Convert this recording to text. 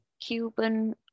Cuban